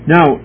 Now